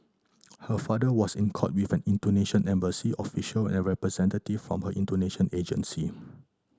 her father was in court with an Indonesian embassy official and a representative from her Indonesian agency